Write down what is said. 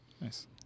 Nice